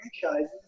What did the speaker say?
franchises